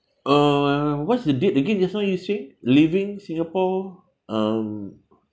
uh what's the date again just now you said leaving singapore um